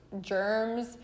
germs